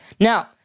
Now